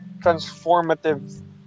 transformative